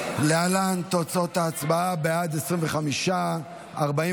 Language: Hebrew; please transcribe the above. תשלום דמי אבטלה לנשים שיצאו לחופשה ללא תשלום לאחר